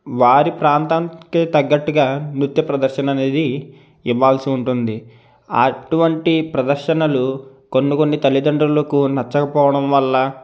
వారి ప్రాంతానికే తగ్గట్టుగా నృత్య ప్రదర్శన అనేది ఇవ్వాల్సి ఉంటుంది అటువంటి ప్రదర్శనలు కొన్ని కొన్ని తల్లితండ్రులకు నచ్చక పోవడం వల్ల